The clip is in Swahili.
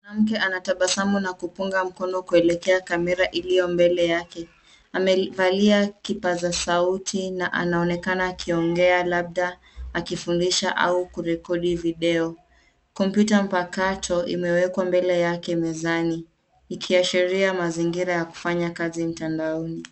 Mwanamke anatabasamu na kupunga mkono kuelekea kamera iliyo mbele yake, amevalia kipazasauti, na anaonekana akiongea labda akifundisha labda kurekodi video. Kompyuta mpakato, imewekwa mbele yake mezani, ikiashiria mazingira ya kufanya kazi mtandaoni.